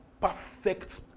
perfect